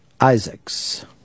Isaacs